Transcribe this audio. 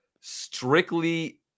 strictly